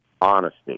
honesty